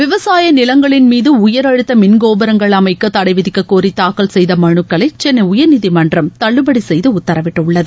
விவசாய நிலங்களின் மீது உயர்அழுத்த மின்கோபுரங்கள் அமைக்க தடை விதிக்க கோரி தாக்கல் செய்த மனுக்களை சென்னை உயா்நீதிமன்றம் தள்ளுபடி செய்து உத்தரவிட்டுள்ளது